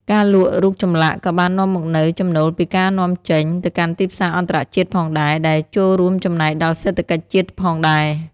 ការលក់រូបចម្លាក់ក៏បាននាំមកនូវ ចំណូលពីការនាំចេញ ទៅកាន់ទីផ្សារអន្តរជាតិផងដែរ ដែលចូលរួមចំណែកដល់សេដ្ឋកិច្ចជាតិផងដែរ។